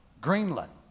Greenland